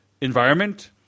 environment